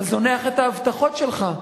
אתה זונח את ההבטחות שלך,